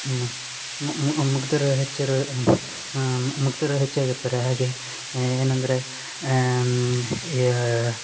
ಮುಗ್ದರು ಹೆಚ್ಚಿರ್ ಮುಗ್ದರು ಹೆಚ್ಚಾಗಿ ಇರ್ತಾರೆ ಹಾಗೆ ಏನಂದರೆ ಯಾ